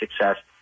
success